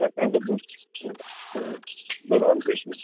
भगवानु कृष्ण